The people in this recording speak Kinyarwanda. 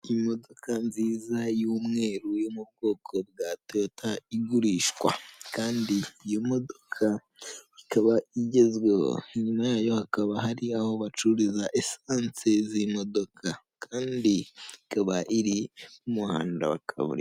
Imodoka nziza y'umweru yo mu bwoko bwa toyota igurishwa, kandi iyo modoka ikaba igezweho inyuma yayo hakaba hari aho bacururiza esansi z'imodoka kandi ikaba iri mu muhanda wa kaburimbo.